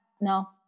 No